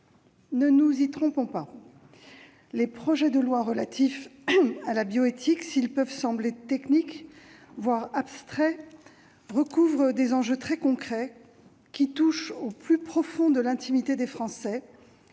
Ne nous y trompons pas, les projets de loi relatifs à la bioéthique, s'ils peuvent sembler techniques, voire abstraits, recouvrent des enjeux très concrets qui touchent au plus profond de l'intimité des Français